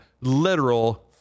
literal